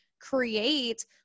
create